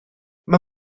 mae